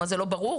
זה לא ברור?